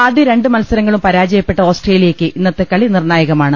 ആദ്യ രണ്ട് മത്സരങ്ങളും പരാജയപ്പെട്ട ഓസ്ട്രേലിയക്ക് ഇന്നത്തെ കളി നിർണായകമാണ്